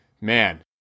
man